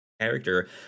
character